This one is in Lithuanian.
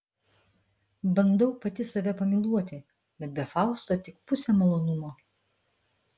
bandau pati save pamyluoti bet be fausto tik pusė malonumo